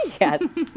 yes